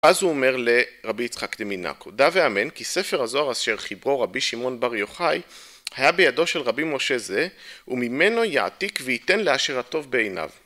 אז הוא אומר לרבי יצחק דמינקו ״דא ואמן כי ספר הזוהר אשר חיברו רבי שמעון בר יוחאי היה בידו של רבי משה זה וממנו יעתיק וייתן לאשר הטוב בעיניו״